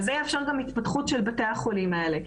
זה יאפשר גם התפתחות של בתי החולים האלה.